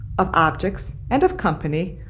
of objects, and of company,